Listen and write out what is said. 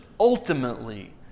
ultimately